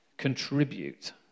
contribute